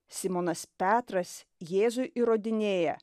simonas petras jėzui įrodinėja